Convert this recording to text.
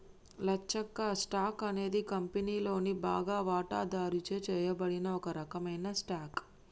లచ్చక్క, stock అనేది కంపెనీలోని బాగా వాటాదారుచే చేయబడిన ఒక రకమైన స్టాక్